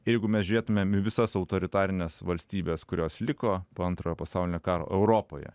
jeigu mes žiūrėtumėm į visas autoritarines valstybes kurios liko po antrojo pasaulinio karo europoje